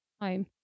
Home